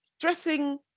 dressing